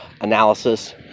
analysis